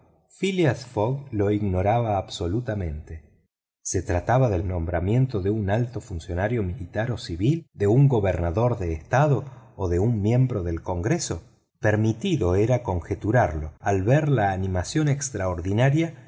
fogg lo ignoraba absolutamente se trataba del nombramiento de un alto funcionario militar o civil de un gobernador de estado o de un miembro del congreso permitido era conjeturarlo al ver la animación extraordinaria